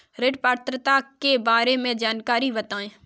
ऋण पात्रता के बारे में जानकारी बताएँ?